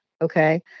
Okay